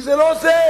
כי זה לא זה.